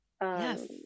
Yes